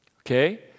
Okay